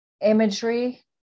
imagery